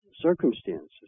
circumstances